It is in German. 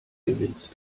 gewinnst